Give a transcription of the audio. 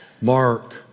Mark